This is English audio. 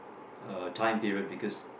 uh time period because